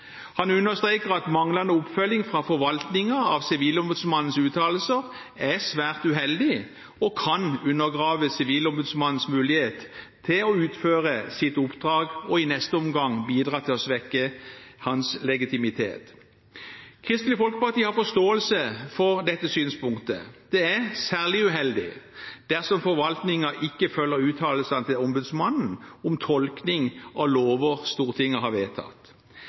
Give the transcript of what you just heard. Han understreker at manglende oppfølging fra forvaltningen av Sivilombudsmannens uttalelser er svært uheldig og kan undergrave Sivilombudsmannens mulighet til å utføre sitt oppdrag og i neste omgang bidra til å svekke hans legitimitet. Kristelig Folkeparti har forståelse for dette synspunktet. Det er særlig uheldig dersom forvaltningen ikke følger ombudsmannens uttalelser om tolking av lover som Stortinget har vedtatt.